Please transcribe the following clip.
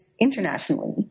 internationally